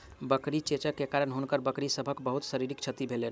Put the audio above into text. बकरी चेचक के कारण हुनकर बकरी सभक बहुत शारीरिक क्षति भेलैन